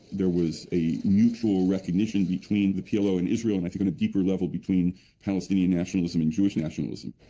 there was a mutual recognition between the plo and israel, and i think, on a deeper level, between palestinian nationalism and jewish nationalism.